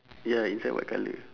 ya inside white colour